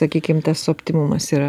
sakykim tas optimumas yra